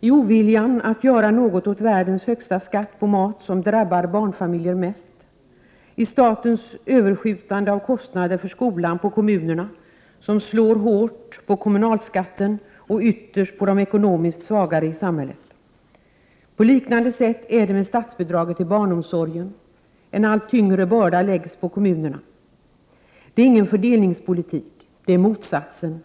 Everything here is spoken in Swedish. i oviljan att göra något åt världens högsta skatt på mat, som drabbar barnfamiljer mest, i överskjutande av kostnader för skolan från staten till kommunerna, som slår hårt på kommunalskatten och ytterst på de ekonomiskt svagare i samhället. På liknande sätt är det med statsbidraget till barnomsorgen. En allt tyngre börda läggs på kommunerna. Det är ingen fördelningspolitik. Det är motsatsen.